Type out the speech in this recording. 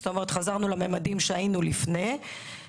זאת אומרת, חזרנו לממדים בהם היינו לפני הקורונה.